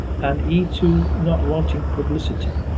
and e two not wanting publicity